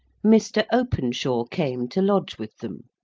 mr. openshaw came to lodge with them.